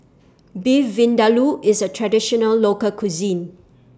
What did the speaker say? Beef Vindaloo IS A Traditional Local Cuisine